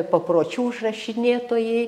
papročių užrašinėtojai